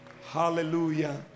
Hallelujah